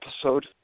episode